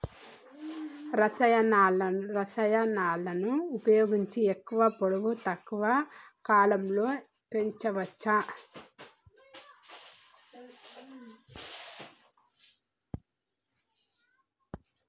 రసాయనాలను ఉపయోగించి ఎక్కువ పొడవు తక్కువ కాలంలో పెంచవచ్చా?